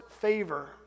favor